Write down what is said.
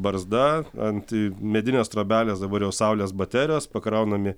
barzda ant medinės trobelės dabar jau saulės baterijos pakraunami